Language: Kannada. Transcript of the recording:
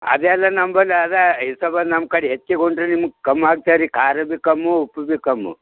ಅದೆಲ್ಲ ನಮ್ಮಲ್ಲದ ಅದ ಹಿಡ್ಕೊಂಡು ಬಂದು ನಮ್ಮ ಕಡಿ ಹೆಚ್ಚಿಗುಂಡ್ರು ನಿಮ್ಗೆ ಕಮ್ಮಿ ಹಾಕ್ತೇವೆರಿ ಖಾರ ಭಿ ಕಮ್ಮು ಉಪ್ಪು ಭಿ ಕಮ್ಮು